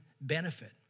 benefit